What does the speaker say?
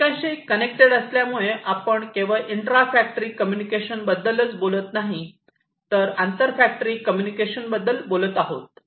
एकमेकांशी कनेक्टेड असल्यामुळे आपण केवळ इंट्रा फॅक्टरी कम्युनिकेशन बद्दलच बोलत नाही तर आंतर फॅक्टरी कम्युनिकेशन बद्दल बोलत आहोत